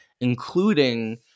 including